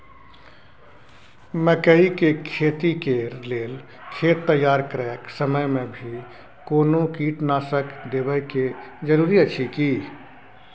मकई के खेती कैर लेल खेत तैयार करैक समय मे भी कोनो कीटनासक देबै के जरूरी अछि की?